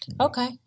Okay